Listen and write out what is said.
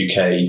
UK